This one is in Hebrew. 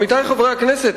עמיתי חברי הכנסת,